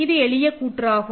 இது எளிய கூற்றாகும்